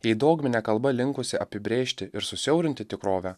jei dogminė kalba linkusi apibrėžti ir susiaurinti tikrovę